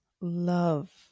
love